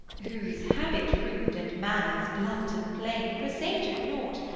whose habit rude and manners blunt and plain presageth nought,